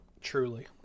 Truly